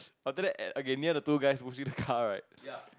after that at okay near the two guys washing the car right